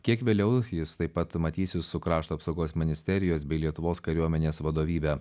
kiek vėliau jis taip pat matysis su krašto apsaugos ministerijos bei lietuvos kariuomenės vadovybe